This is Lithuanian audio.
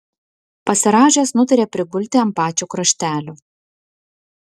pasirąžęs nutarė prigulti ant pačio kraštelio